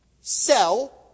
sell